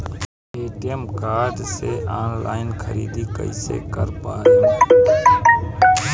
ATM card से online ख़रीदारी कइसे कर पाएम?